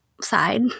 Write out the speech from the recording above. side